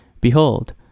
Behold